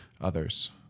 others